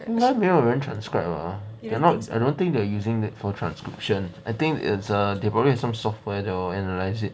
因该没有人 transcribe lah I don't think they're using it for transcription I think it's err they probably have some software that will analyze it